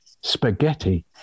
spaghetti